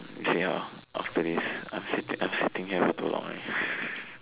ya after this I'm sit I'm sitting here for too long already